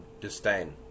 disdain